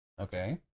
okay